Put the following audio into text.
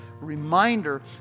reminder